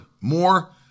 more